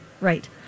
Right